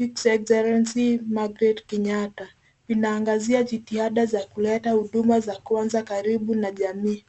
H.E Excellency Margaret Kenyatta. Inaangazia jitihada za kuleta huduma za kwanza karibu na jamii.